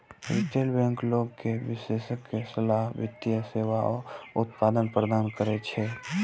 retail bank लोग कें विशेषज्ञ सलाह, वित्तीय सेवा आ उत्पाद प्रदान करै छै